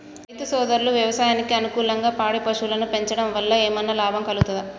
రైతు సోదరులు వ్యవసాయానికి అనుకూలంగా పాడి పశువులను పెంచడం వల్ల ఏమన్నా లాభం కలుగుతదా?